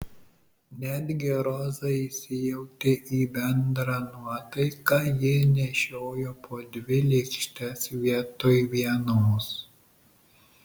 netgi roza įsijautė į bendrą nuotaiką ji nešiojo po dvi lėkštes vietoj vienos